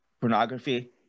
Pornography